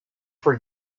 for